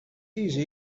easy